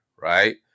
right